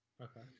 Okay